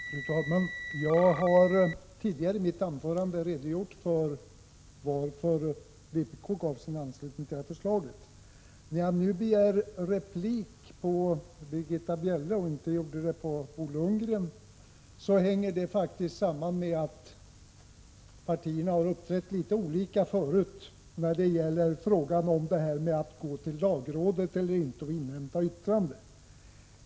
Fru talman! Jag har tidigare i mitt anförande redovisat varför vpk gav sin anslutning till det här förslaget. Att jag nu begärt replik på Britta Bjelles anförande men inte gjorde det på Bo Lundgrens anförande hänger samman med att partierna uppträtt litet olika när det gällt frågan om att gå till lagrådet eller inte och invänta dess yttrande.